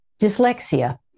dyslexia